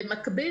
במקביל,